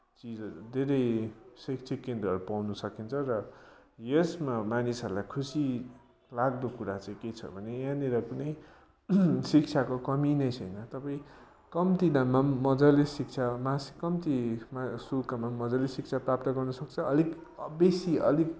चिजहरू धेरै शैक्षिक केन्द्रहरू पाउन सकिन्छ र यसमा मानिसहरूलाई खुसी लाग्दो कुरा चाहिँ के छ भने यहाँनिर कुनै शिक्षाको कमी नै छैन् तपाईँ कम्ती दाममा पनि मजाले शिक्षा मासिक कम्ती शुल्कमा पनि मजाले शिक्षा प्राप्त गर्न सक्छ अलिक बेसी अलिक